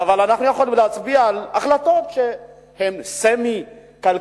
אנחנו יכולים להצביע על החלטות שהן סמי-כלכליות.